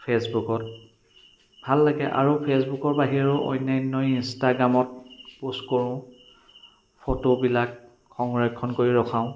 ফেচবুকত ভাল লাগে আৰু ফেচবুকৰ বাহিৰেই অন্যান্য ইনষ্টাগ্ৰামত প'ষ্ট কৰোঁ ফটোবিলাক সংৰক্ষণ কৰি ৰখাও